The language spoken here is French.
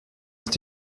cet